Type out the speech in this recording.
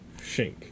shink